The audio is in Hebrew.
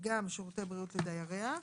גם שירותי בריאות לדייריה,